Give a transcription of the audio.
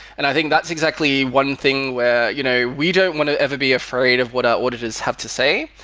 and i think that's exactly one thing where you know we don't want to ever be afraid of what our auditors have to say,